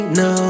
no